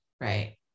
Right